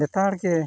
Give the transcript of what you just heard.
ᱞᱮᱛᱟᱲᱜᱮ